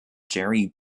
gerry